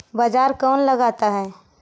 बाजार कौन लगाता है?